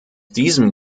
diesem